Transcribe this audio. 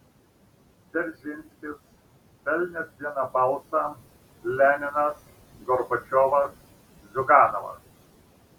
dzeržinskis pelnęs vieną balsą leninas gorbačiovas ziuganovas